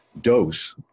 dose